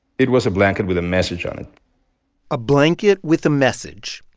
it was a blanket with a message on it a blanket with a message,